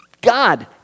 God